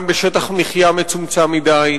גם בשטח מחיה מצומצם מדי,